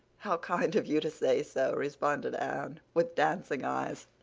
how kind of you to say so, responded anne, with dancing eyes.